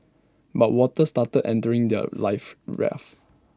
but water started entering their life rafts